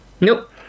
Nope